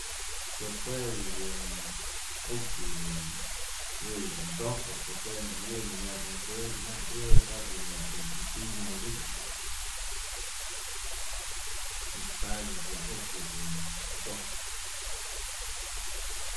Pues juech dun uk ëch dun yëch dun t'sojpyë porque jue nak yë madyë wi'injuëb nak yëti'i myëwedytë y padyë ëch dun uk dun t'sokyë.